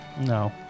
No